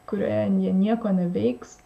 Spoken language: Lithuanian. kurioje jie nieko neveiks